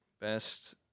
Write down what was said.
best